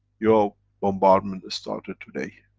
your bombardment started today.